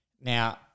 Now